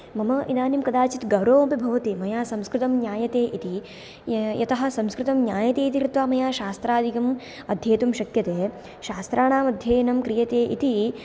मम इदानीं कदाचित् गर्वमपि भवति मया संस्कृतं ज्ञायते इति यतः संस्कृतं ज्ञायते इति कृत्वा मया शास्त्रादिकम् अध्येतुं शक्यते शास्त्राणाम् अध्ययनं क्रियते इति